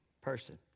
person